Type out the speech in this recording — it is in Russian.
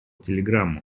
телеграмму